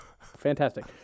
fantastic